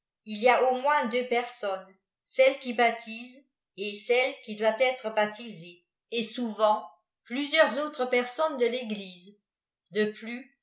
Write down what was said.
il y a du moins deux personnes celle qui baptise et celle qui doit être baptisée et souvent plusieurs autres personnes de l'église de plus